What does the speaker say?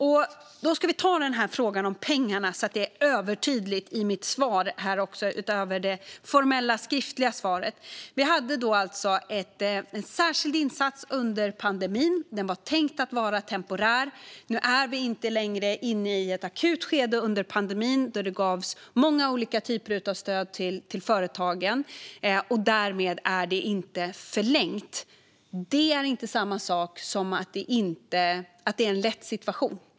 Och så ska vi ta frågan om pengarna, så att det är övertydligt i mitt svar, utöver det formella interpellationssvaret. Vi hade alltså en särskild insats under pandemin. Den var tänkt att vara temporär. Nu är vi inte längre inne i ett akut skede som under pandemin då det gavs många olika typer av stöd till företagen. Därmed är det inte förlängt. Det är inte samma sak som att det är en lätt situation.